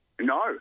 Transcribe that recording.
No